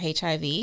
HIV